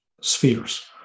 spheres